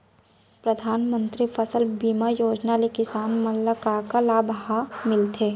परधानमंतरी फसल बीमा योजना ले किसान मन ला का का लाभ ह मिलथे?